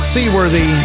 Seaworthy